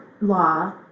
law